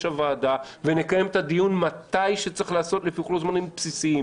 הוועדה ונקיים את הדיון מתי שצריך לעשות לפי לוח זמנים בסיסי,